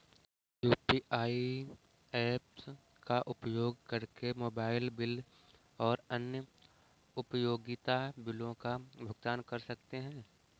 हम UPI apps का उपयोग करके मोबाइल बिल और अन्य उपयोगिता बिलों का भुगतान कर सकते हैं